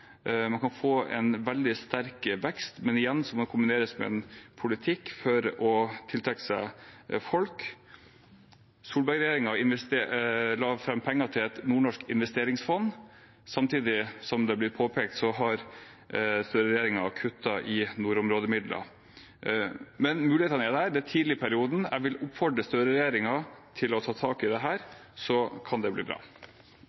få en veldig sterk vekst, men igjen: Det må kombineres med en politikk for å tiltrekke seg folk. Solberg-regjeringen ga penger til et nordnorsk investeringsfond, mens Støre-regjeringen har kuttet i nordområdemidlene, som har blitt påpekt. Men mulighetene er der, det er tidlig perioden. Jeg vil oppfordre Støre-regjeringen til å ta tak i dette – da kan det bli bra.